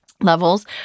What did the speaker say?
levels